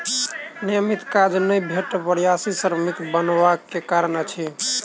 नियमित काज नै भेटब प्रवासी श्रमिक बनबा के कारण अछि